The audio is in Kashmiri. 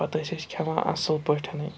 پَتہٕ ٲسۍ أسۍ کھٮ۪وان اَصٕل پٲٹھٮ۪نَے